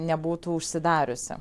nebūtų užsidariusi